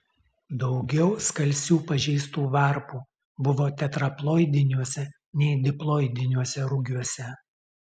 daugiau skalsių pažeistų varpų buvo tetraploidiniuose nei diploidiniuose rugiuose